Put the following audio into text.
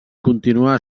continuà